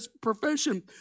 profession